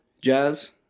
jazz